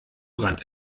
brand